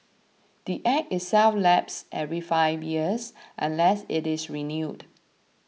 the Act itself lapses every five years unless it is renewed